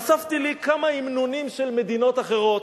אספתי לי כמה המנונים של מדינות אחרות.